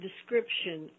description